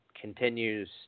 continues